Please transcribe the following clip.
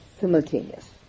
simultaneous